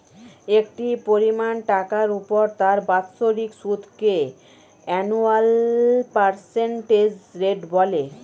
একটি পরিমাণ টাকার উপর তার বাৎসরিক সুদকে অ্যানুয়াল পার্সেন্টেজ রেট বলে